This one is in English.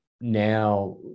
now